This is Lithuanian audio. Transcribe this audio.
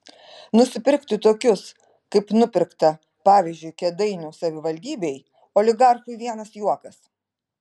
nusipirkti tokius kaip nupirkta pavyzdžiui kėdainių savivaldybėj oligarchui vienas juokas